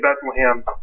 Bethlehem